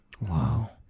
Wow